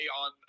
on